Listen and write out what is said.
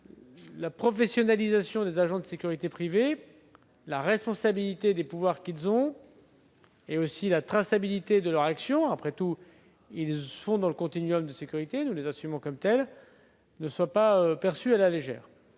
la professionnalisation des agents de sécurité privée, la responsabilité découlant des pouvoirs qu'ils ont et la traçabilité de leur action- après tout, ils sont dans le continuum de sécurité, et nous les assumons comme tels -, ne soient pas perçues à la légère.